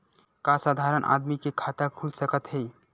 का साधारण आदमी के खाता खुल सकत हे?